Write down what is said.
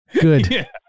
Good